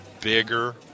bigger